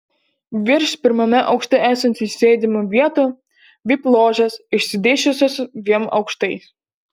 virš pirmame aukšte esančių sėdimų vietų vip ložės išsidėsčiusios dviem aukštais